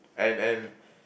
and and